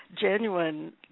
genuine